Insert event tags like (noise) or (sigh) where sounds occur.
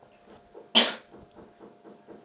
(coughs)